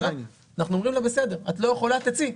אנחנו אומרים לה, בסדר, את לא יכולה, תצאי.